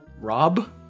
Rob